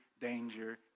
danger